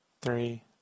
Three